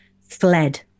fled